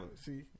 See